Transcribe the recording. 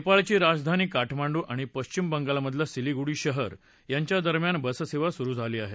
नेपाळची राजधानी काठमांडू आणि पक्षिम बंगालमधलं सिलीगुडी शहर यांच्या दरम्यान बससेवा सुरू झाली आहे